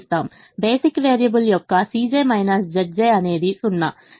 basic variable యొక్క అనేది 0